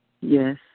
Yes